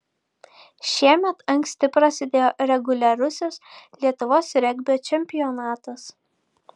šiemet anksti prasidėjo reguliarusis lietuvos regbio čempionatas